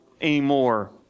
anymore